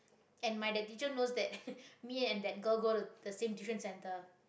and my that teacher knows that me and that girl go to the same tuition centre